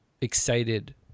excited